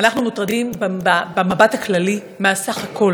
אנחנו מוטרדים במבט הכללי מהסך-הכול.